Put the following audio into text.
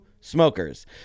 Smokers